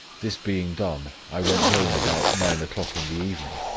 this being done, i went home about nine o'clock in the evening,